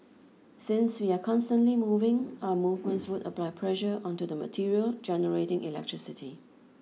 since we are constantly moving our movements would apply pressure onto the material generating electricity